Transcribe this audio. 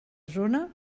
zona